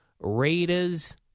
Raiders